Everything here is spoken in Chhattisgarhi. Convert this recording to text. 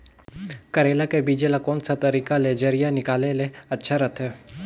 करेला के बीजा ला कोन सा तरीका ले जरिया निकाले ले अच्छा रथे?